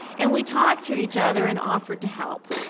and we talked to each other and offered to help.